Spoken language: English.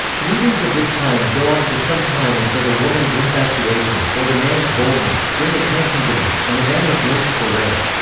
meetings of this kind go on for some time until the woman's infatuation, or the man's boldness, bring attention to them, and the man is lynched for rape.